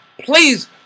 Please